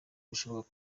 bishobora